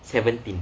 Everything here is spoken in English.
seventeen